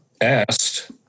asked